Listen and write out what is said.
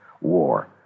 war